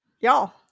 Y'all